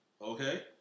Okay